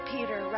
Peter